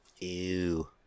Ew